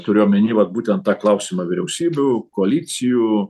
turiu omeny vat būtent tą klausimą vyriausybių koalicijų